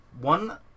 One